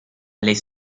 les